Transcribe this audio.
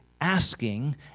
asking